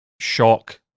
shock